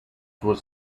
was